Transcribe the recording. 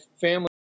family